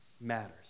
matters